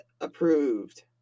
approved